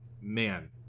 man